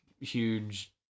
huge